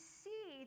see